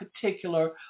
particular